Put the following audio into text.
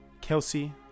Kelsey